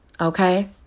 okay